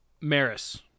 maris